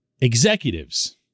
executives